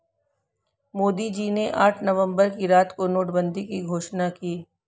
मोदी जी ने आठ नवंबर की रात को नोटबंदी की घोषणा की